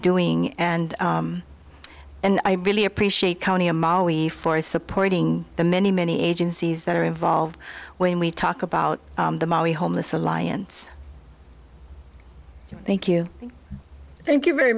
doing and and i really appreciate county amal we for supporting the many many agencies that are involved when we talk about the mali homeless alliance thank you thank you very